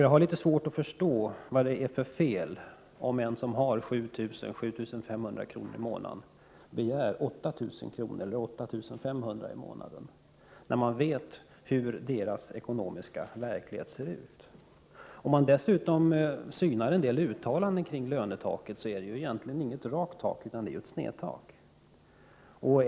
Jag har litet svårt att förstå vad det är för fel om någon som får 7 000-7 500 kr. i månaden begär 8 000-8 500 kr. i månaden, när man vet hur lågavlönades ekonomiska verklighet ser ut. Om man dessutom synar en del uttalanden över förslaget om lönetak finner man att det egentligen inte blir något rakt tak utan ett snedtak.